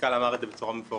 המנכ"ל אמר את זה בצורה מפורשת,